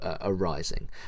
arising